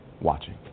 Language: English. watching